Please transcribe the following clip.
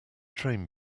train